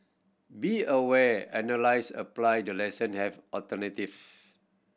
be aware analyse apply the lesson have alternatives